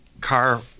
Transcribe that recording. car